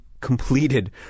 completed